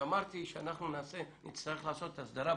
כשאמרתי שאנחנו נצטרך לעשות הסדרה,